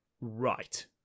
Right